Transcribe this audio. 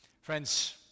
Friends